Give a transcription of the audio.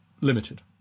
limited